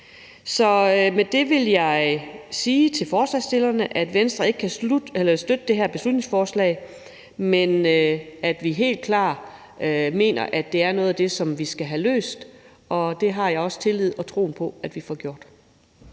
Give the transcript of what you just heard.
Med det vil jeg sige til forslagsstilleren, at Venstre ikke kan støtte det her beslutningsforslag, men at vi helt klart mener, at det er noget, som vi skal have løst, og det har jeg også tillid til og tro på at vi får gjort.